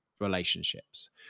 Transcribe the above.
relationships